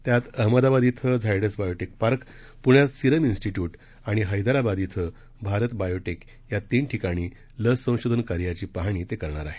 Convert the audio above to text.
त्यात अहमदाबाद इथं Zydus Biotech Park पुण्यात सिरम इन्स्टिट्यूट आणि हेद्राबाद इथं भारत बायोटेक या तीन ठिकाणी लस संशोधन कार्याची पाहणी ते करणार आहेत